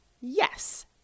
Yes